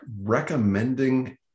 recommending